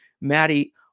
Maddie